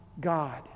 God